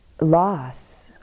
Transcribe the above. loss